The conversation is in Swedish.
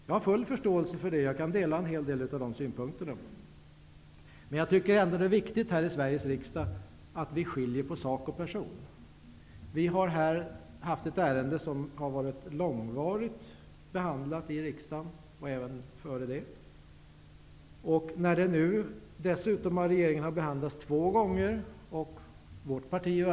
Jag har full förståelse för detta. Jag delar en hel del av sådana synpunkter. Men jag tycker ändå det är viktigt att vi i Sveriges riksdag gör skillnad på sak och person. Det här ärendet är långdraget, det har behandlats tidigare och dessutom behandlats två gånger av regeringen.